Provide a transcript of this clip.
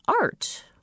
art